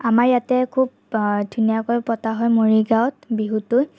আমাৰ ইয়াতে খুব ধুনীয়াকৈ পতা হয় মৰিগাঁৱত বিহুটো